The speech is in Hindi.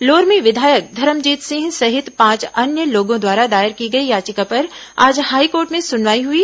लोरमी विधायक धर्मजीत सिंह सहित पांच अन्य लोगों द्वारा दायर की गई याचिका पर आज हाईकोर्ट में सुनवाई हुई